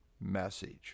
message